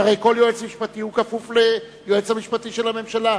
שהרי כל יועץ משפטי כפוף ליועץ המשפטי של הממשלה,